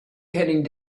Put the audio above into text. heading